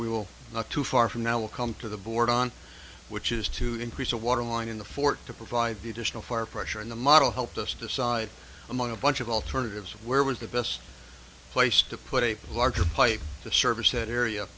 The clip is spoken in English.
we will not too far from now will come to the board on which is to increase the water line in the fort to provide the additional fire pressure and the model helped us decide among a bunch of alternatives where was the best place to put a larger pipe to service that area